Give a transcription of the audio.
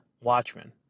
Watchmen